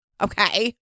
Okay